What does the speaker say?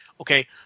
Okay